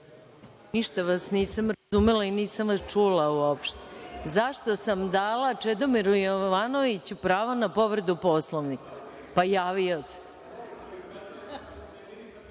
Ništa vas nisam razumela i nisam vas čula u opšte. Zašto sam dala Čedomiru Jovanoviću pravo na povredu Poslovnika? Pa, javio